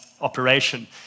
operation